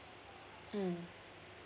mm